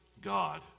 God